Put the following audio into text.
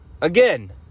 Again